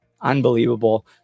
Unbelievable